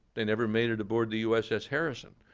they never made it aboard the uss harrison.